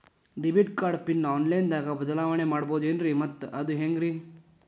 Debit card pin online ದಾಗ ಬದಲಾವಣೆ ಮಾಡಬಹುದೇನ್ರಿ ಮತ್ತು ಅದು ಹೆಂಗ್ರಿ?